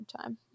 time